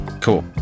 Cool